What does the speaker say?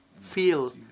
feel